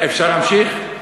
אפשר להמשיך?